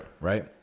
Right